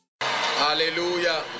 Hallelujah